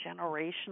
generational